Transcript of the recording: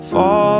Fall